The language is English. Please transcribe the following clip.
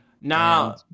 Now